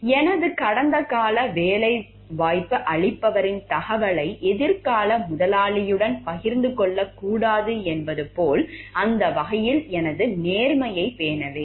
எனது கடந்தகால வேலையளிப்பவரின் தகவல்களை எதிர்கால முதலாளிகளுடன் பகிர்ந்து கொள்ளக் கூடாது என்பது போல அந்த வகையில் எனது நேர்மையைப் பேண வேண்டும்